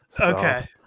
Okay